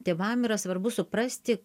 tėvam yra svarbu suprasti